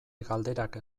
galderak